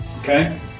okay